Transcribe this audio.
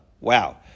Wow